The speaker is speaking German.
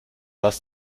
lass